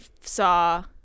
saw